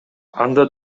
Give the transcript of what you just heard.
анда